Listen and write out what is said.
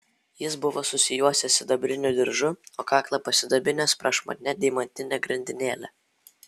jis buvo susijuosęs sidabriniu diržu o kaklą pasidabinęs prašmatnia deimantine grandinėle